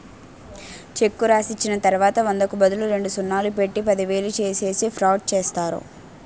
చెక్కు రాసిచ్చిన తర్వాత వందకు బదులు రెండు సున్నాలు పెట్టి పదివేలు చేసేసి ఫ్రాడ్ చేస్తారు